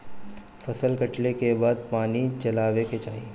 फसल कटले के बाद पानी चलावे के चाही